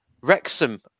Wrexham